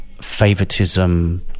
favoritism